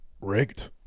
Rigged